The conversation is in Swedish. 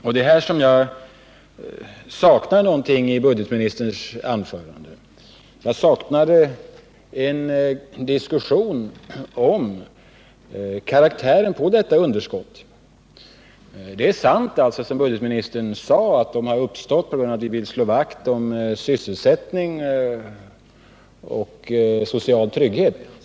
Det är här som jag saknar någonting i budgetministerns anförande. Jag saknar en diskussion om karaktären på detta underskott. Det är sant, som budgetministern sade, att det har uppstått på grund av att vi vill slå vakt om sysselsättning och social trygghet.